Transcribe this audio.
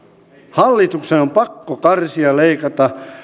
hallituksen on pakko karsia ja leikata